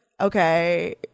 okay